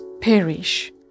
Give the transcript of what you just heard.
perish